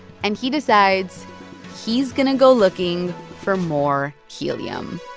and he decides he's going to go looking for more helium